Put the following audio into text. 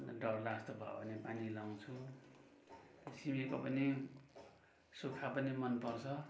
डड्ला जस्तो भयो भने पानी लाउँछु सिमीको पनि सुक्खा पनि मन पर्छ